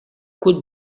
côte